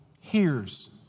hears